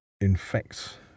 infects